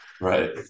right